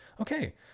Okay